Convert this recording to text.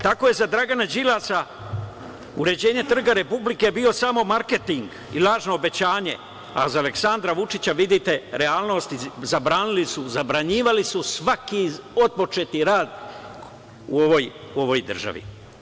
Tako je za Dragana Đilasa uređenje Trga republike bio samo marketing i lažno obećanje, a za Aleksandra Vučića, vidite, realnost i zabranjivali su svaki otpočeti rad u ovoj državi.